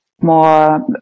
more